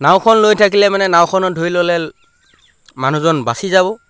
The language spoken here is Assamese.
নাওখন লৈ থাকিলে মানে নাওখনত ধুই ল'লে মানুহজন বাচি যাব